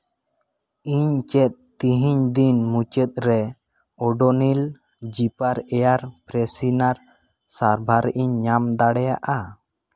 ᱤᱧ ᱪᱮᱫ ᱛᱮᱦᱮᱧ ᱫᱤᱱ ᱢᱩᱪᱟᱹᱫ ᱨᱮ ᱚᱰᱳᱱᱤᱞ ᱡᱤᱯᱟᱨ ᱮᱭᱟᱨ ᱯᱷᱨᱮᱥᱤᱱᱟᱨ ᱥᱟᱨᱵᱷᱟᱨᱤᱧ ᱧᱟᱢ ᱫᱟᱲᱮᱭᱟᱜᱼᱟ